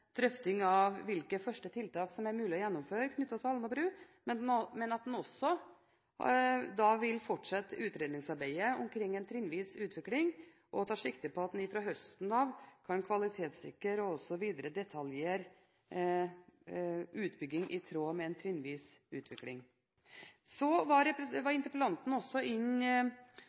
drøfting av hvilke første tiltak som er mulig å gjennomføre knyttet til Alnabru, men at en også vil fortsette utredningsarbeidet omkring en trinnvis utvikling, og tar sikte på at en fra høsten av kan kvalitetssikre og videre detaljere utbygging i tråd med en trinnvis utvikling. Så var interpellanten også